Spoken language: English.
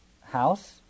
house